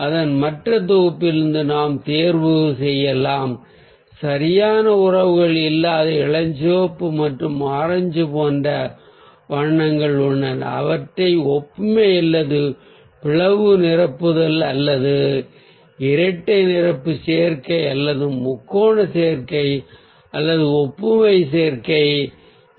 அதன் மற்ற தொகுப்பிலிருந்து நாம் தேர்வு செய்யலாம் சரியான உறவுகள் இல்லாத இளஞ்சிவப்பு மற்றும் ஆரஞ்சு போன்ற வண்ணங்கள் உள்ளன அவற்றை ஒப்புமை அல்லது பிளவு நிரப்புதல் அல்லது இரட்டை நிரப்பு சேர்க்கை அல்லது முக்கோண சேர்க்கை அல்லது ஒப்புமை சேர்க்கை ஆகியவற்றால் ஏதேனும் ஒன்றில் அவற்றை வைக்கலாம்